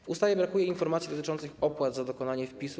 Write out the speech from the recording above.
W ustawie brakuje informacji dotyczących opłat za dokonanie wpisu.